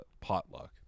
potluck